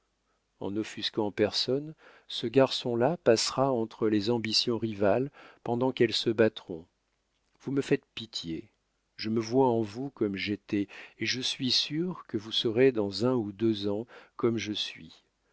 en chef en n'offusquant personne ce garçon-là passera entre les ambitions rivales pendant qu'elles se battront vous me faites pitié je me vois en vous comme j'étais et je suis sûr que vous serez dans un ou deux ans comme je suis